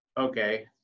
okay